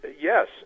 Yes